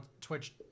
Twitch